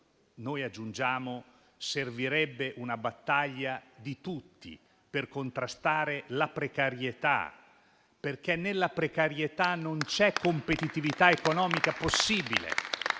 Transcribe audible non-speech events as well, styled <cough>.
aggiungiamo che servirebbe una battaglia di tutti per contrastare la precarietà. <applause> Nella precarietà, infatti, non c'è competitività economica possibile.